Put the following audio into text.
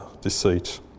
deceit